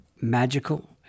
magical